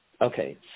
Okay